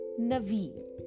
Naveen